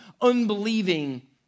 unbelieving